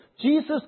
Jesus